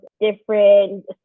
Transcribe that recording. different